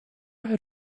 had